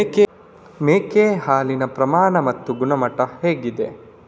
ಮೇಕೆ ಹಾಲಿನ ಪ್ರಮಾಣ ಮತ್ತು ಗುಣಮಟ್ಟ ಹೇಗಿದೆ?